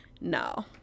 No